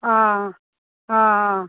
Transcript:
অঁ অঁ অঁ